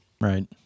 right